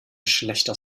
schlechter